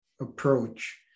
approach